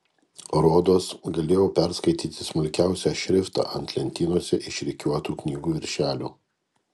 rodos galėjau perskaityti smulkiausią šriftą ant lentynose išrikiuotų knygų viršelių